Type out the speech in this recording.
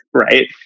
Right